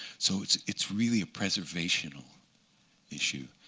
so it's it's really a preservation um issue,